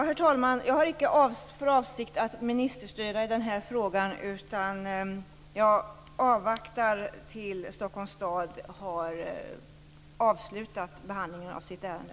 Herr talman! Jag har icke för avsikt att ministerstyra i den här frågan. Jag avvaktar till dess att Stockholms stad har avslutat behandlingen av sitt ärende.